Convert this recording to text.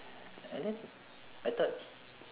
and then I thought